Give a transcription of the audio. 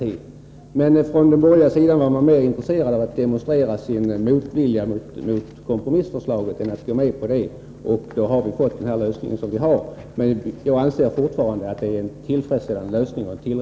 Men man var från den borgerliga sidan mer intresserad av att demonstrera sin motvilja mot kompromissförslaget än att gå med på detta. Därför har vi fått den lösning vi nu föreslår.